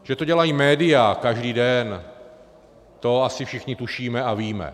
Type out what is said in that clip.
Že to dělají média každý den, to asi všichni tušíme a víme.